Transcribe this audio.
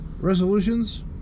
resolutions